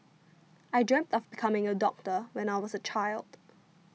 I dreamt of becoming a doctor when I was a child